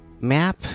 Map